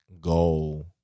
goal